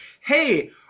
hey